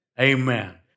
Amen